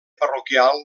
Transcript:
parroquial